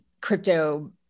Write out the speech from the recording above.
crypto